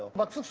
but